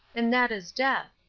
and that is death.